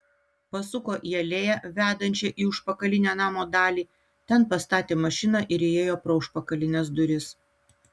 pasuko į alėją vedančią į užpakalinę namo dalį ten pastatė mašiną ir įėjo pro užpakalines duris